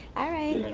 alright.